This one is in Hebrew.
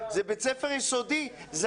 זה